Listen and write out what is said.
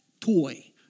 toy